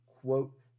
quote